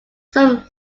some